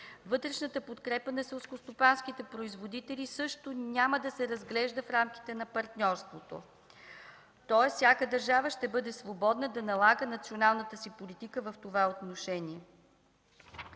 Вътрешната подкрепа на селскостопанските производители също няма да се разглежда в рамките на партньорството. Тоест всяка държава ще бъде свободна да налага националната си политика в това отношение.